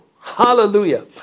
Hallelujah